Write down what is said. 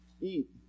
eat